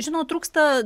žinau trūksta